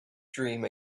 dream